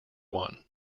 one